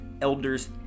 elders